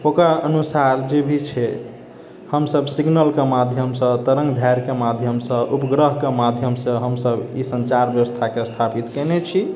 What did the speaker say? ओकर अनुसार जेभी छै हम सभ सिगनलके माध्यमसँ तरङ्ग दैर्घ्यके माध्यमसँ उपग्रहके माध्यमसँ हम सभ ई सञ्चार व्यवस्थाके स्थापित कयने छी